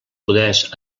poders